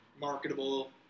marketable